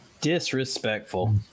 Disrespectful